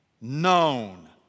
known